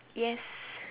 yes